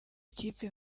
kipe